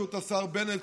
בראשות השר בנט,